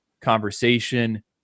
conversation